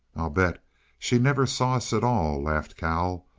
i'll bet she never saw us at all! laughed cal.